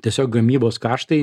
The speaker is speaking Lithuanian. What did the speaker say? tiesiog gamybos kaštai